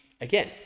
again